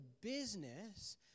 business